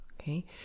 Okay